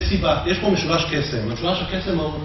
סיפה, יש פה משולש קסם. משולש הקסם הוא...